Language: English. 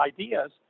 ideas